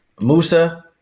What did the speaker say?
Musa